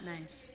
Nice